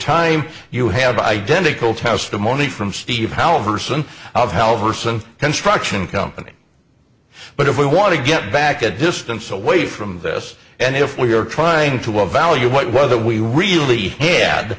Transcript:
time you have identical testimony from steve halvorson of helgerson construction company but if we want to get back a distance away from this and if we're trying to evaluate whether we really had